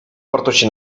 wartości